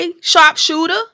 sharpshooter